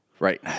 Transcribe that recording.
Right